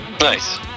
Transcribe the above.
nice